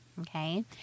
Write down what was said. Okay